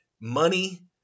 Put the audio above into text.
money